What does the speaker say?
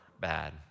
bad